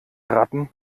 ratten